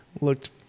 looked